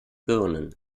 birnen